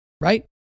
Right